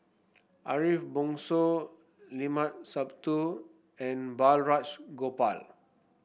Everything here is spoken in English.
Ariff Bongso Limat Sabtu and Balraj Gopal